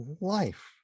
life